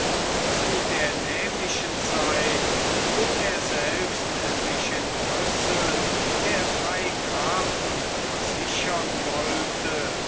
zu der nämlichen zeit wo er selbst sich in brüssel der drei grafen versichern wollte